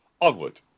Onward